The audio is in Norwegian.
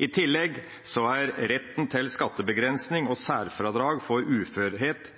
I tillegg har retten til skattebegrensning og særfradrag for uførhet